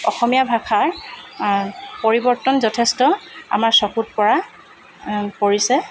অসমীয়া ভাষাৰ পৰিৱৰ্তন যথেষ্ট আমাৰ চকুত পৰা পৰিছে